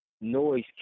noise